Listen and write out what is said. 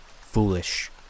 Foolish